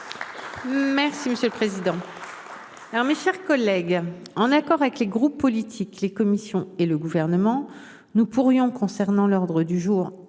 chers collègues ! Très bien ! Mes chers collègues, en accord avec les groupes politiques, les commissions et le Gouvernement, nous pourrions, concernant l'ordre du jour